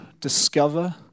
discover